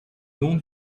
nom